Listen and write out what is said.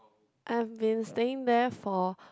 I've been staying there for